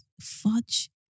Fudge